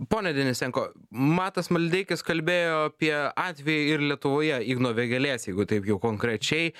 pone denisenko matas maldeikis kalbėjo apie atvejį ir lietuvoje igno vėgėlės jeigu taip jau konkrečiai